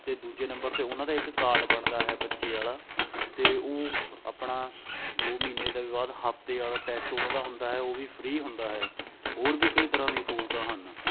ਅਤੇ ਦੂਜੇ ਨੰਬਰ 'ਤੇ ਉਹਨਾਂ ਦਾ ਇੱਕ ਕਾਰਡ ਬਣਦਾ ਹੈ ਬੱਚੇ ਵਾਲਾ ਅਤੇ ਉਹ ਆਪਣਾ ਦੋ ਮਹੀਨਾਂ ਦਾ ਬਾਅਦ ਹਫ਼ਤੇ ਵਾਲਾ ਟੈਸਟ ਉਹਨਾਂ ਦਾ ਹੁੰਦਾ ਹੈ ਉਹ ਵੀ ਫ਼ਰੀ ਹੁੰਦਾ ਹੈ ਹੋਰ ਵੀ ਕਈ ਤਰ੍ਹਾਂ ਦੀ ਸਹੂਲਤਾਂ ਹਨ